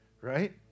right